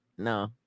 No